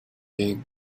being